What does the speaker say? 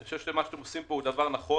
אני חושב שמה שאנחנו עושים פה הוא דבר נכון.